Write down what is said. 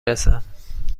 رسم